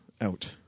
out